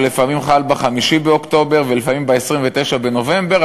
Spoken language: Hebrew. שלפעמים חל ב-5 באוקטובר ולפעמים ב-29 בספטמבר,